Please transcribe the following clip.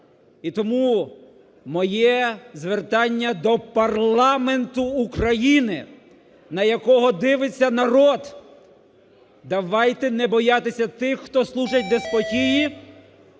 І тому моє звертання до парламенту України, на якого дивиться народ! Давайте не боятися тих, хто служить деспотії,